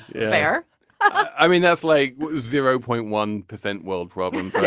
there i mean that's like zero point one percent world problem.